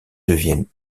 deviennent